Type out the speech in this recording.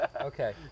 Okay